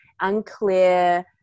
unclear